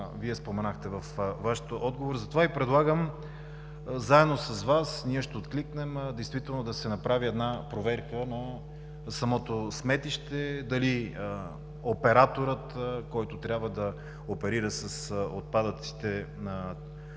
Вие споменахте във Вашия отговор. Затова Ви предлагам заедно с Вас – ние ще откликнем, да се направи проверка на самото сметище, дали операторът, който трябва да оперира с отпадъците на